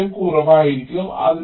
ഈ മൂല്യം കുറവായിരിക്കും